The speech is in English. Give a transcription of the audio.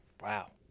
Wow